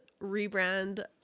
rebrand